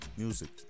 music